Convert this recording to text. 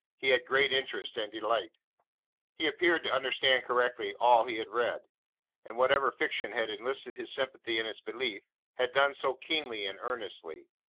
he had great interest and delight. he appeared to understand correctly all he had read and whatever fiction had enlisted his sympathy in its belief, had done so keenly and earnestly.